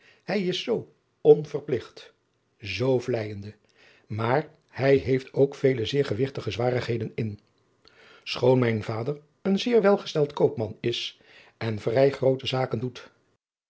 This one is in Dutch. hij is zoo onverpligt zoo vleijende maar hij heeft ook vele zeer gewigtige zwarigheden in schoon mijn vader een zeer welgesteld koopman is en vrij groote zaken doet